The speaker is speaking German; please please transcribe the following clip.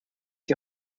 die